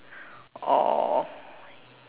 or